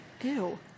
Ew